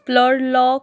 প্লড lock